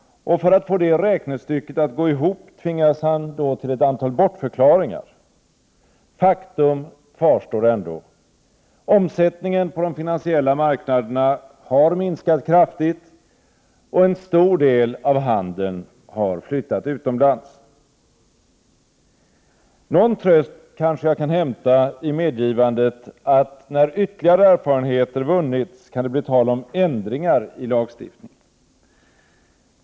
För att få räknestycket att gå ihop tvingas han då till ett antal bortförklaringar. Men faktum kvarstår: omsättningen på de finansiella marknaderna har minskat kraftigt, och en stor del av handeln har flyttat utomlands. Någon tröst kan kanske hämtas i medgivandet att när ytterligare erfarenheter vunnits kan det bli tal om ändringar i lagstiftningen.